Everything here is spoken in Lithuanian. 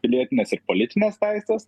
pilietinės ir politinės teisės